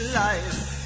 life